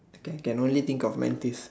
I can can only think of Mantis